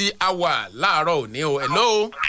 hello